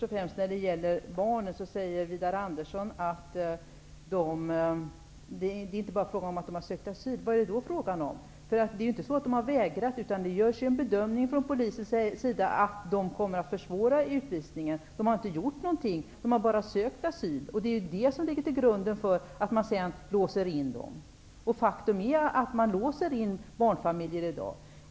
Herr talman! Widar Andersson säger att det inte bara är fråga om att barnen har sökt asyl. Vad är det då fråga om? Det är inte så att de har vägrat, utan det görs en bedömning av polisen att de kommer att försvåra utvisningen. De har inte gjort någonting. De har bara sökt asyl, och det är detta som sedan ligger till grund för att man låser in dem. Faktum är att man i dag låser in barnfamiljer.